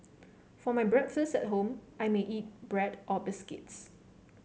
for my breakfast at home I may eat bread or biscuits